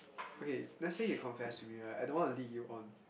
okay let's say you confess to me right I don't want to lead you on